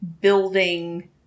building